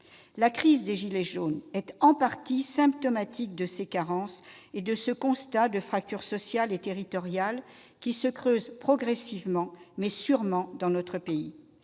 La crise des gilets jaunes est, en partie, symptomatique de ces carences et de ce constat de fractures sociales et territoriales qui se creusent progressivement, mais sûrement, dans notre pays.